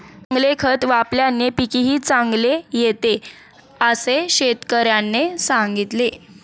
चांगले खत वापल्याने पीकही चांगले येते असे शेतकऱ्याने सांगितले